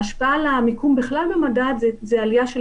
ההשפעה על המיקום בכלל במדד זה עלייה של